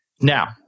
Now